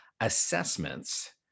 assessments